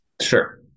Sure